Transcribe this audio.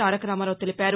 తారకరామారావు తెలిపారు